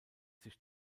sich